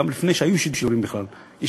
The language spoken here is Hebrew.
גם לפני שהיו שידורים ישירים בכלל,